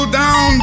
down